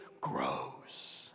grows